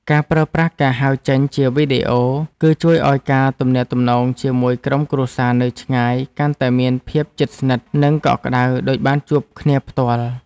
ការប្រើប្រាស់ការហៅចេញជាវីដេអូ គឺជួយឱ្យការទំនាក់ទំនងជាមួយក្រុមគ្រួសារនៅឆ្ងាយកាន់តែមានភាពជិតស្និទ្ធ និងកក់ក្ដៅដូចបានជួបគ្នាផ្ទាល់។